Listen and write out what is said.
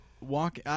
walk